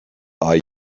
are